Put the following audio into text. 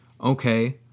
okay